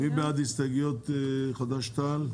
"חד"ש-תע"ל".